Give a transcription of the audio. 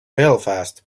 belfast